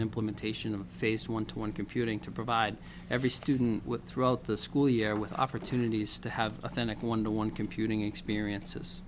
implementation of phased one to one computing to provide every student with throughout the school year with opportunities to have authentic one to one computing experiences